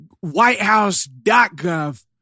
whitehouse.gov